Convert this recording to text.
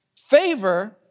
Favor